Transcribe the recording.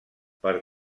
per